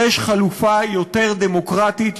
יש חלופה יותר דמוקרטית,